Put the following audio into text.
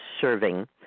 serving